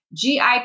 GIP